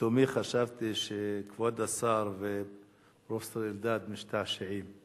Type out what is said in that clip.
לתומי חשבתי שכבוד השר ופרופסור אלדד משתעשעים.